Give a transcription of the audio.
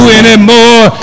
anymore